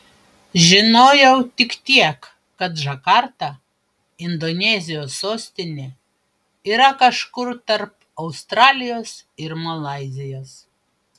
žinojau tik tiek kad džakarta indonezijos sostinė yra kažkur tarp australijos ir malaizijos